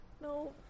No